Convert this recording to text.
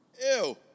Ew